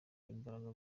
imbaraga